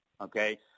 okay